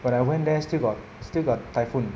when I went there still got still got typhoon